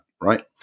right